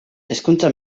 hezkuntza